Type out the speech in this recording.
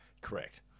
Correct